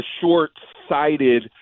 short-sighted